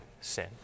sin